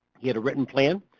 he had a written plan,